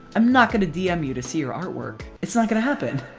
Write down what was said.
i'm not gonna dm you to see your artwork. it's not gonna happen!